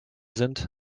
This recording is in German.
sind